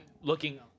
Looking